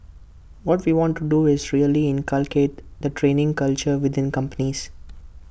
what we want to do is really inculcate the training culture within companies